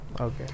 Okay